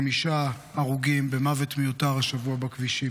חמישה הרוגים במוות מיותר השבוע בכבישים.